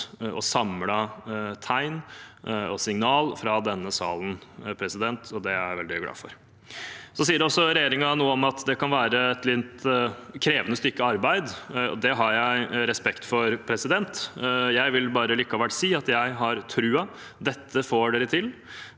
og samlet tegn og signal fra denne salen, og det er jeg veldig glad for. Regjeringen sier også noe om at det kan være et litt krevende stykke arbeid, og det har jeg respekt for. Jeg vil likevel si at jeg har trua. Dette får man til.